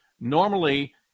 Normally